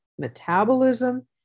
Metabolism